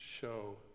show